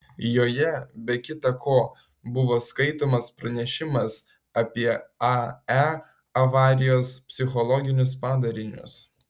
joje be kita ko buvo skaitomas pranešimas apie ae avarijos psichologinius padarinius